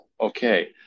okay